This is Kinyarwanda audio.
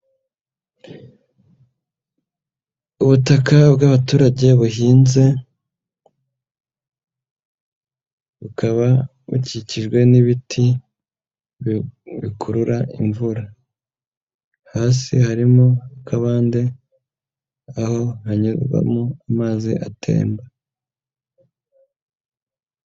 Ubutaka bw'abaturage buhinze bukaba bukikijwe n'ibiti bikurura imvura, hasi harimo akabande aho hanyurwamo amazi atemba.